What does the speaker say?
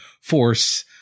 force